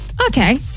Okay